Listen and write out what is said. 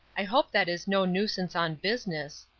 i hope that is no nuisance on business.